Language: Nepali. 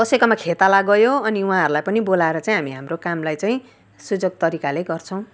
कसैकोमा खेताला गयो अनि उहाँहरूलाई पनि बोलाएर चाहिँ हामी हाम्रो कामलाई चाहिँ सुयोग तरिकाले गर्छौँ